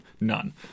None